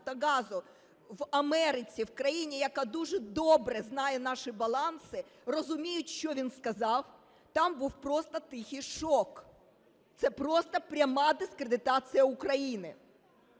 "Нафтогазу" в Америці – в країні, яка дуже добре знає наші баланси – розуміють, що він сказав. Там був просто тихий шок: це просто пряма дискредитація України.